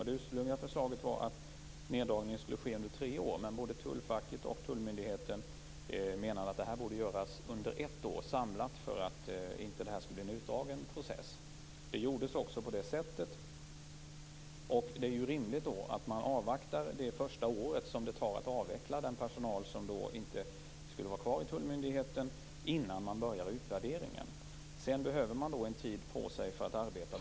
Det ursprungliga förslaget var att neddragningen skulle ske under tre år, men både tullfacket och tullmyndigheten menade att det här borde göras samlat under ett år för att det inte skulle bli en utdragen process. Det gjordes också på det sättet. Då var det ju rimligt att man avvaktade det första år som det tog att avveckla den personal som inte skulle vara kvar i tullmyndigheten innan man började utvärderingen. Sedan behövde man en tid för att arbeta.